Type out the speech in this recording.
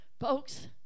Folks